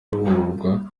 ruhurura